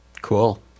Cool